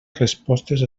respostes